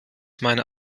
meiner